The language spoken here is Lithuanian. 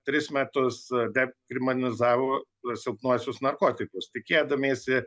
tris metus dekriminalizavo silpnuosius narkotikus tikėdamiesi